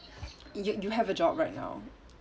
you you have a job right now